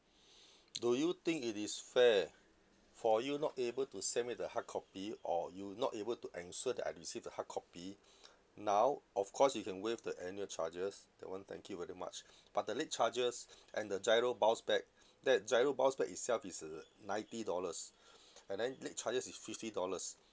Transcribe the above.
do you think it is fair for you not able to send me the hard copy or you not able to ensure that I receive the hard copy now of course you can waive the annual charges that one thank you very much but the late charges and the GIRO bounce back that GIRO bounce back itself is uh ninety dollars and then late charges is fifty dollars